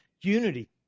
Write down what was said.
unity